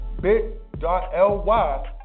bit.ly